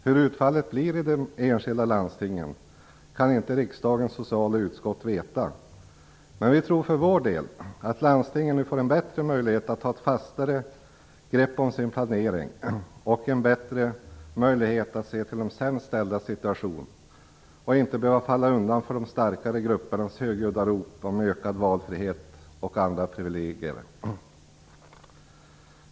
Hur utfallet blir i de enskilda landstingen kan inte riksdagens sociala utskott veta, men vi tror för vår del att landstingen nu får en möjlighet att ta ett fastare grepp om sin planering och en bättre möjlighet att se till de sämst ställdas situation och inte behöver falla undan för de starkare gruppernas högljudda rop om ökad valfrihet och andra privilegier.